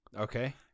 Okay